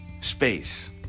space